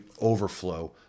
overflow